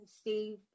Steve